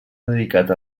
dedicat